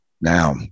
Now